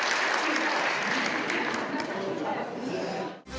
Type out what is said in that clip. Hvala